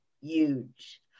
huge